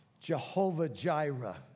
Jehovah-Jireh